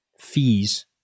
fees